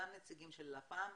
גם נציגים של לפ"מ,